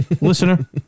listener